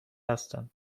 هستند